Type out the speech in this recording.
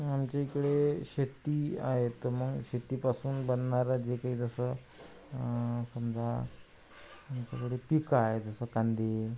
आमच्या इकडे शेती आहे तर मग शेतीपासून बनणारं जे काही जसं समजा आमच्याकडे पीक आहे जसं कांदे